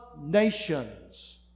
nations